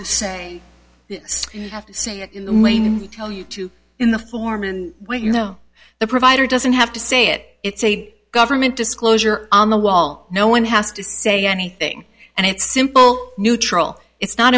to say you have to say in the main we tell you to in the form in which you know the provider doesn't have to say it it's a government disclosure on the wall no one has to say anything and it's simple neutral it's not